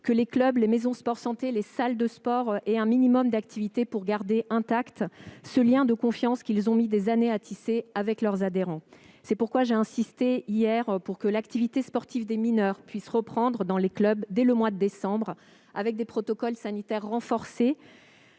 que les clubs, les maisons sport-santé et les salles de sport aient un minimum d'activité pour garder intact ce lien de confiance qu'ils ont mis des années à tisser avec leurs adhérents. J'ai donc insisté, hier, pour que l'activité sportive des mineurs puisse reprendre dans les clubs dès le mois de décembre prochain, avec des protocoles sanitaires renforcés,